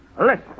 Listen